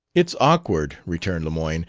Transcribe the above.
it's awkward, returned lemoyne,